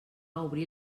obrir